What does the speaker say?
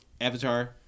Avatar